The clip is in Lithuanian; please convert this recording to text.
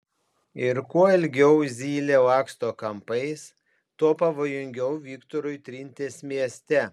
ir kuo ilgiau zylė laksto kampais tuo pavojingiau viktorui trintis mieste